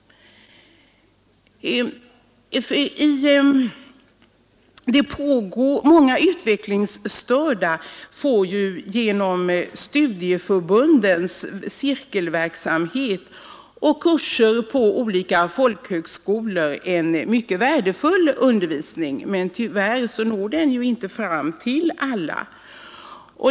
Många utvecklingsstörda får genom studieförbundens cirkelverksamhet och genom kurser på olika folkhögskolor en mycket värdefull undervisning. Tyvärr når denna emellertid inte fram till alla.